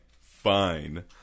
Fine